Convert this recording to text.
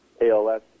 ALS